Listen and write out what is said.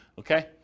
Okay